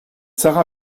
sara